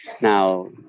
Now